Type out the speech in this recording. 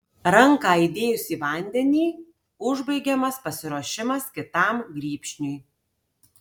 ranką įdėjus į vandenį užbaigiamas pasiruošimas kitam grybšniui